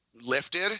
lifted